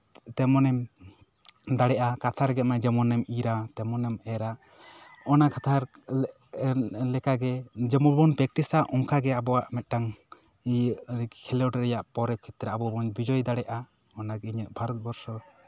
ᱛᱮᱢᱚᱱ ᱮᱢ ᱫᱟᱲᱮᱭᱟᱜᱼᱟ ᱠᱟᱛᱷᱟ ᱨᱮᱜᱮ ᱡᱮᱢᱚᱱ ᱮᱢ ᱤᱨᱟ ᱛᱮᱢᱚᱱ ᱮᱢ ᱮᱨᱟ ᱚᱱᱟ ᱠᱟᱛᱷᱟ ᱞᱮᱠᱟᱜᱮ ᱡᱮᱢᱚᱱ ᱵᱚᱱ ᱯᱨᱮᱠᱴᱤᱥᱟ ᱚᱱᱠᱟᱜᱮ ᱟᱵᱚᱣᱟᱜ ᱢᱤᱫᱴᱟᱝ ᱠᱷᱮᱞᱳᱰ ᱨᱮᱭᱟᱜ ᱯᱚᱨᱮ ᱠᱷᱮᱛᱨᱮ ᱟᱵᱚ ᱵᱚᱱ ᱵᱤᱡᱚᱭ ᱫᱟᱲᱮᱭᱟᱜᱼᱟ ᱚᱱᱟᱜᱮ ᱤᱧᱟᱹᱜ ᱵᱷᱟᱨᱚᱛᱵᱚᱨᱥᱚ